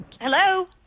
Hello